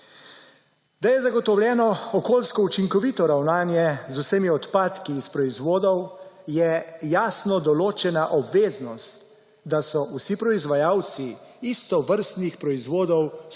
Da je zagotovljeno okoljsko učinkovito ravnanje z vsemi odpadki iz proizvodov, je jasno določena obveznost, da so vsi proizvajalci istovrstnih proizvodov skupaj